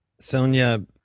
sonia